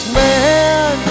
man